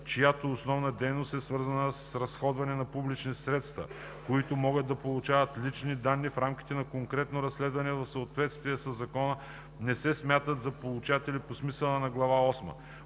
чиято основна дейност е свързана с разходване на публични средства, които могат да получават лични данни в рамките на конкретно разследване в съответствие със закон, не се смятат за получатели по смисъла на глава